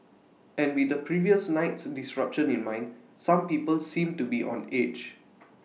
and with the previous night's disruption in mind some people seemed to be on edge